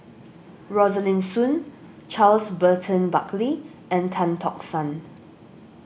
Rosaline Soon Charles Burton Buckley and Tan Tock San